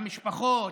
המשפחות,